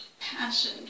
passion